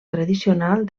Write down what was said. tradicional